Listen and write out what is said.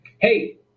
hey